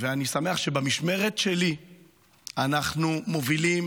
ואני שמח שבמשמרת שלי אנחנו מובילים